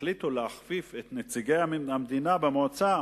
החליטו להכפיף את נציגי המדינה במועצה